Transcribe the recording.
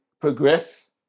progress